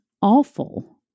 awful